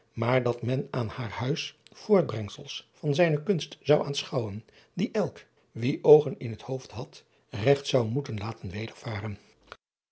maar dat men aan haar huis voortbrengsels van zijne kunst zou aanschouwen die elk wie oogen in het hoofd had regt zou moeten laten